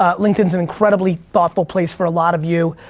ah linkedin's an incredibly thoughtful place for a lot of you.